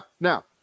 now